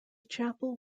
chapel